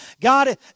God